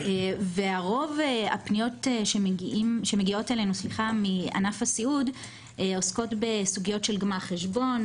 רוב הפניות שמגיעות אלינו מענף הסיעוד עוסקות בסוגיות של גמר חשבון,